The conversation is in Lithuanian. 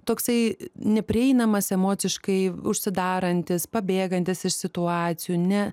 toksai neprieinamas emociškai užsidarantis pabėgantis iš situacijų ne